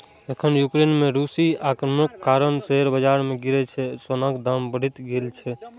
एखन यूक्रेन पर रूसी आक्रमणक कारण शेयर बाजार गिरै सं सोनाक दाम बढ़ि गेल छै